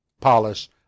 polish